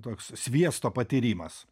toks sviesto patyrimas